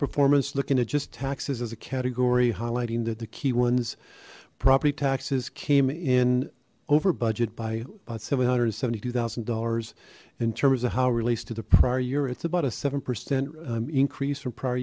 performance looking at just taxes as a category highlighting that the key ones property taxes came in over budget by seven hundred and seventy two thousand dollars in terms of how relates to the prior year it's about a seven percent increase from prior